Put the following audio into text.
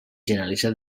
generalitzat